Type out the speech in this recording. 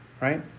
Right